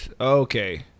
okay